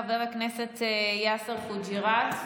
חבר הכנסת יאסר חוג'יראת,